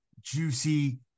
juicy